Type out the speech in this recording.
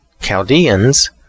Chaldeans